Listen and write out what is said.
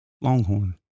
Longhorn